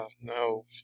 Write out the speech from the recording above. no